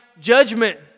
judgment